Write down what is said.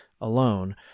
alone